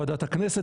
בוועדת הכנסת,